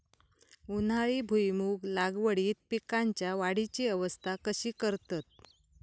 उन्हाळी भुईमूग लागवडीत पीकांच्या वाढीची अवस्था कशी करतत?